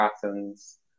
patterns